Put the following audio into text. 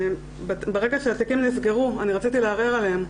ברגע שהתיקים נסגרו, אני רציתי לערער עליהם.